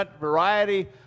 variety